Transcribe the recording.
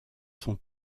sont